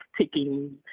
taking